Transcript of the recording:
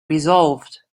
resolved